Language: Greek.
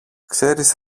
ξέρεις